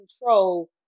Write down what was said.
control